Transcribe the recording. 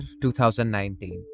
2019